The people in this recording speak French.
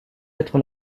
être